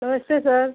नमस्ते सर